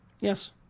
Yes